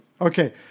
Okay